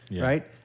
right